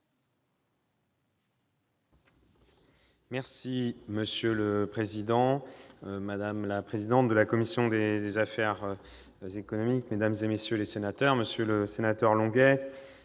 Monsieur le président, madame la présidente de la commission des affaires économiques, mesdames, messieurs les sénateurs, monsieur le sénateur Longuet,